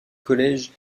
college